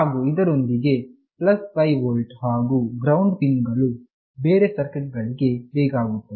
ಹಾಗು ಇದರೊಂದಿಗೆ 5 ವೋಲ್ಟ್ ಹಾಗು ಗ್ರೌಂಡ್ ಪಿನ್ ಗಳು ಬೇರೆ ಸರ್ಕ್ಯೂಟ್ ಗಳಿಗೆ ಬೇಕಾಗುತ್ತದೆ